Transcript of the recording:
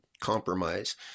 compromise